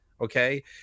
okay